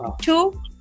Two